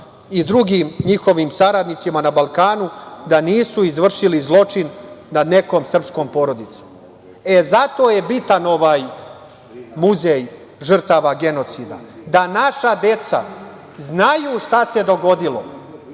i drugim njihovim saradnicima na Balkanu, da nisu izvršili zločin nad nekom srpskom porodicom. Zato je bitan ovaj Muzej žrtava genocida da naša deca znaju šta se dogodilo,